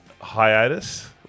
hiatus